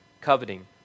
coveting